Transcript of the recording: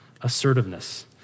assertiveness